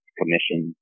commission